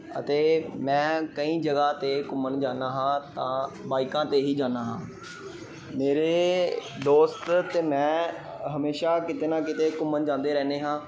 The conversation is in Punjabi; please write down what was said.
ਅਤੇ ਮੈਂ ਕਈ ਜਗ੍ਹਾ 'ਤੇ ਘੁੰਮਣ ਜਾਂਦਾ ਹਾਂ ਤਾਂ ਬਾਈਕਾਂ 'ਤੇ ਹੀ ਜਾਂਦਾ ਹਾਂ ਮੇਰੇ ਦੋਸਤ ਅਤੇ ਮੈਂ ਹਮੇਸ਼ਾਂ ਕਿਤੇ ਨਾ ਕਿਤੇ ਘੁੰਮਣ ਜਾਂਦੇ ਰਹਿੰਦੇ ਹਾਂ